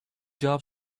job